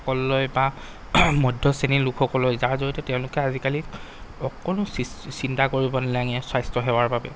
সকললৈ বা মধ্যশ্ৰেণীৰ লোকসকললৈ যাৰ জৰিয়তে তেওঁলোকে আজিকালি অকনো চিন্তা কৰিব নেলাগে স্বাস্থ্যসেৱাৰ বাবে